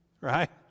right